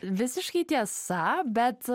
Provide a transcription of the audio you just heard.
visiškai tiesa bet